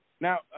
Now